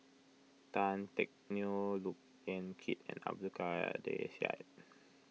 Tan Teck Neo Look Yan Kit and Abdul Kadir Syed